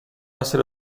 essere